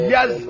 Yes